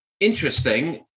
interesting